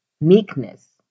meekness